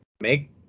make